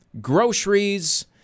groceries